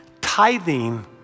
Tithing